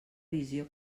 visió